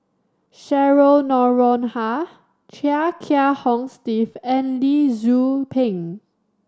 Cheryl Noronha Chia Kiah Hong Steve and Lee Tzu Pheng